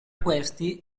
questi